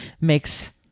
makes